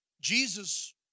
Jesus